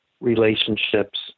relationships